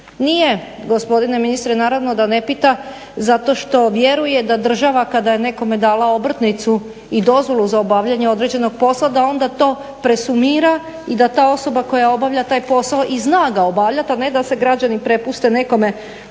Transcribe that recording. Nije gospodine ministre, naravno da ne pita zato što vjeruje da država kada je nekome dala obrtnicu i dozvolu za obavljanje određenog posla da onda to presumira i da ta osoba koja obavlja taj posao i zna ga obavljat, a ne da se građani prepuste nekome